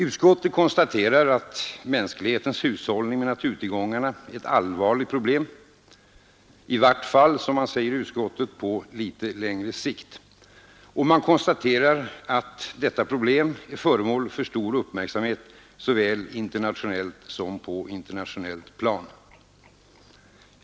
Utskottet konstaterar att mänsklighetens misshushållning med naturtillgångarna är ett allvarligt problem — i vart fall, som utskottet säger, ”på litet längre sikt”. Man konstaterar att detta problem är föremål för stor uppmärksamhet såväl internationellt som på nationellt plan.